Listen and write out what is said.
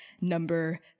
number